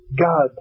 God